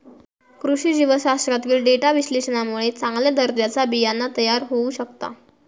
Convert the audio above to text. कृषी जीवशास्त्रातील डेटा विश्लेषणामुळे चांगल्या दर्जाचा बियाणा तयार होऊ शकता